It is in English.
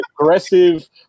aggressive